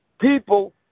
people